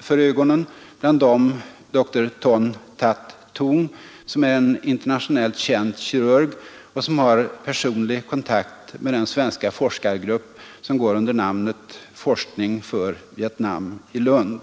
för ögonen, bland dem dr Ton That Tung som är en internationellt känd kirurg och som har personlig kontakt med den svenska forskargrupp som går under namnet ”Forskning för Viet Nam i Lund”.